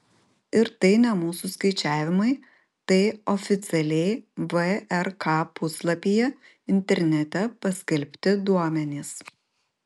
ir tai ne mūsų skaičiavimai tai oficialiai vrk puslapyje internete paskelbti duomenys